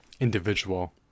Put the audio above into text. individual